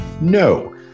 No